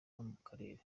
mukarere